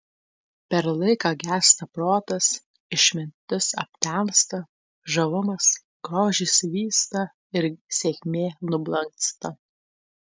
per laiką gęsta protas išmintis aptemsta žavumas grožis vysta ir sėkmė nublanksta